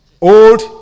Old